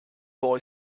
boy